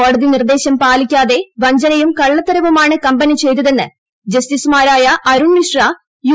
കോടതി നിർദ്ദേശം പാലിക്കാതെ വഞ്ചനയും കള്ളത്തരവുമാണ് കമ്പനി ചെയ്തതെന്ന് ജസ്റ്റിസുമാരായ അരുൺ മിശ്ര യു